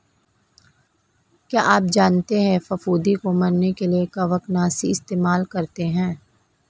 क्या आप जानते है फफूंदी को मरने के लिए कवकनाशी इस्तेमाल करते है?